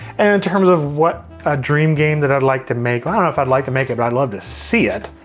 and in terms of what a dream game that i'd like to make, i don't know if i'd like to make it, i'd love to see it,